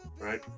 right